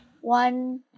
one